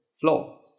floor